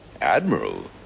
Admiral